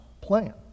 plan